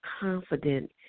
confident